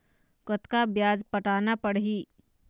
कतका ब्याज पटाना पड़ही?